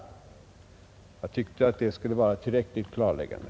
Jag tyckte att detta skulle vara ett tillräckligt klarläggande.